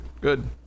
Good